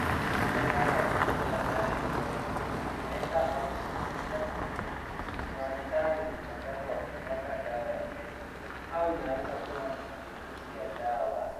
Mtu anaonekana akitumia brashi ndogo kuweka au kusafisha meno. Inaonekana ni mjakato wa kupaka dawa ya meno au inaweza kuwa ni matumizi ya dawa